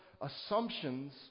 assumptions